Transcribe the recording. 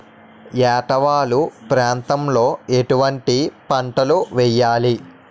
ఏటా వాలు ప్రాంతం లో ఎటువంటి పంటలు వేయాలి?